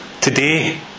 Today